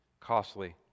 costly